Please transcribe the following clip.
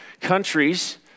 countries